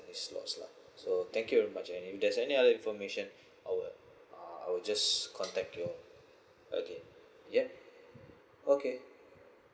any slots lah so thank you very much and if there is any other information I will uh I will just contact you all again yeap okay